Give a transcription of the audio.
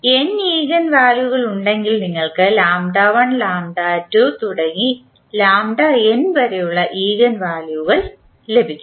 N eigen വാല്യുകൾ ഉണ്ടെങ്കിൽ നിങ്ങൾക്ക് വരെയുള്ള ഈഗൻ വാല്യുകൾ ലഭിക്കും